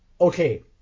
Okay